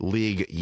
league